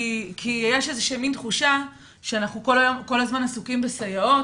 אלא כי יש איזושהי תחושה שאנחנו כל הזמן עסוקים בסייעות,